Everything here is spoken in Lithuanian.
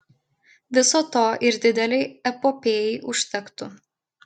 viso to ir didelei epopėjai užtektų